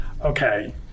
Okay